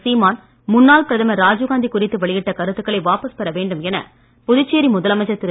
சீமான் முன்னாள் பிரதமர் ராஜீவ்காந்தி குறித்து வெளியிட்ட கருத்துக்களை வாபஸ் பெற வேண்டும் என புதுச்சேரி முதலமைச்சர் திரு